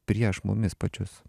prieš mumis pačius